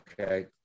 Okay